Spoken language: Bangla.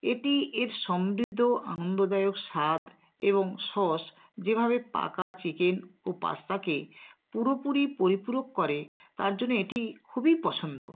এটি এর সমৃদ্ধ আনন্দদায়ক স্বাদ এবং সস যেভাবে পাকা চিকেন ও পাস্তাকে পুরোপুরি পরিপূরক করে তার জন্য এটি খুবই পছন্দ